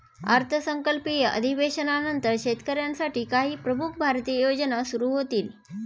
अर्थसंकल्पीय अधिवेशनानंतर शेतकऱ्यांसाठी काही प्रमुख भारतीय योजना सुरू होतील